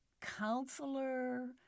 counselor